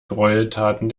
greueltaten